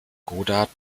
godard